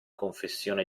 confessione